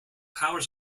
powers